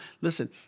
Listen